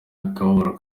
akababaro